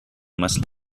must